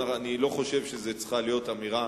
ואני לא חושב שזאת צריכה להיות אמירה